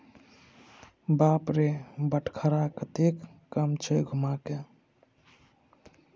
बाप रे बटखरा कतेक कम छै धुम्माके